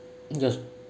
just